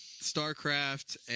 Starcraft